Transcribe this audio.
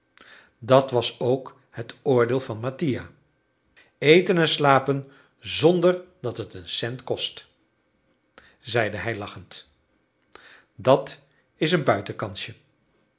dat was ook het oordeel van mattia eten en slapen zonder dat het een cent kost zeide hij lachend dat is een buitenkansje